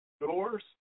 doors